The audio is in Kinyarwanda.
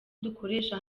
dukoresha